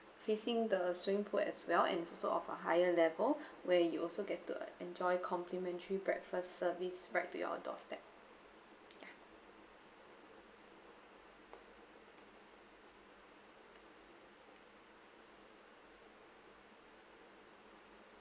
facing the swimming pool as well and also of a higher level where you also get to enjoy complimentary breakfast service right to your doorstep ya